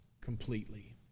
completely